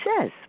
says